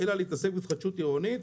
אלא להתעסק בהתחדשות עירונית.